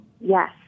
Yes